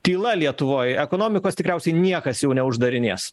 tyla lietuvoj ekonomikos tikriausiai niekas jau neuždarinės